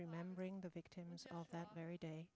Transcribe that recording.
remembering the victims that very day